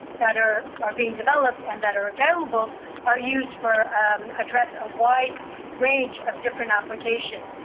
that are are being developed and that are available are used for address a wide range of different application.